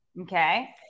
Okay